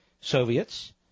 Soviets